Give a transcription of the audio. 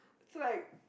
it's like